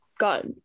got